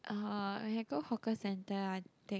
uh you can go hawker centre and take